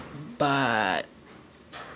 but